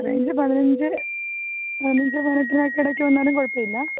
range പതിനഞ്ച് പതിനഞ്ച് പതിനെട്ടിനൊക്കെ ഇടക്ക് വന്നാലും കുഴപ്പമില്ല